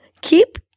Keep